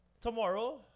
tomorrow